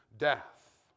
death